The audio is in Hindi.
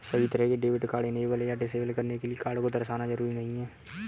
सभी तरह के डेबिट कार्ड इनेबल या डिसेबल करने के लिये कार्ड को दर्शाना जरूरी नहीं है